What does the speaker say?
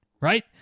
right